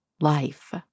life